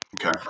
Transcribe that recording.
okay